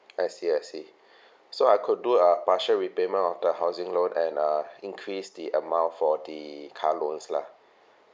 I see I see so I could do a partial repayment of the housing loan and uh increase the amount for the car loans lah